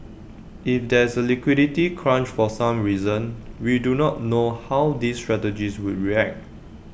if there's A liquidity crunch for some reason we do not know how these strategies would react